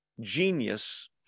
genius